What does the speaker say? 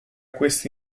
questi